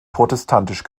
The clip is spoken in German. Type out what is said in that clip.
protestantisch